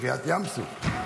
קריעת ים סוף,